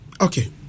Okay